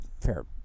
fair